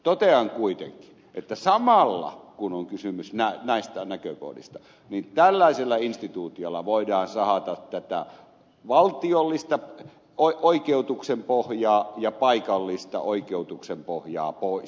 totean kuitenkin että samalla kun on kysymys näistä näkökohdista tällaisella instituutiolla voidaan sahata tätä valtiollista oikeutuksen pohjaa ja paikallista oikeutuksen pohjaa pois